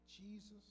Jesus